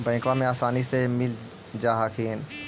बैंकबा से आसानी मे मिल जा हखिन?